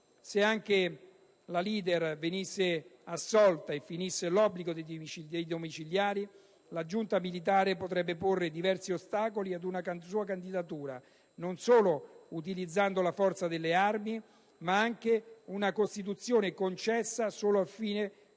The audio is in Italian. se anche la leader venisse assolta e finisse l'obbligo dei domiciliari, la giunta militare potrebbe porre diversi ostacoli ad una sua candidatura utilizzando non solo la forza delle armi, ma anche con una Costituzione concessa solo al fine